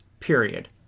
Period